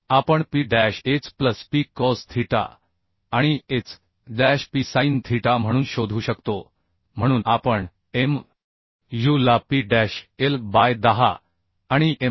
तर आपण P dash h plus P cos theta आणि h dash P sine theta म्हणून शोधू शकतो म्हणून आपण m u ला P डॅश L बाय 10 आणि mv